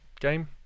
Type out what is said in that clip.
game